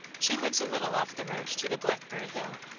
she lives a little off the road to the blackberry hill.